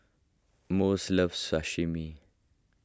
Mose loves